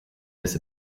this